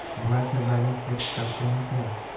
Mobile से balance check करते हैं क्या?